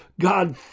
God